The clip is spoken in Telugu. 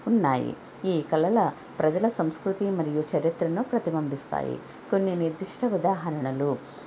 ఉన్నాయి ఈ కళలు ప్రజల సంస్కృతి మరియు చరిత్రను ప్రతిబంబిస్తాయి కొన్ని నిర్దిష్ట ఉదాహరణలు